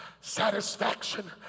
satisfaction